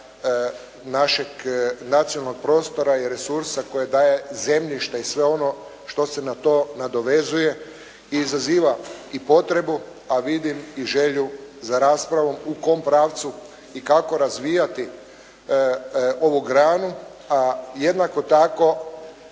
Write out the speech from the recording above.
našeg nacionalnog prostora i resursa koje daje zemljište i sve ono što se na to nadovezuje i izaziva i potrebu, a vidim i želju za raspravom u kom pravcu i kako razvijati ovu granu, a jednako tako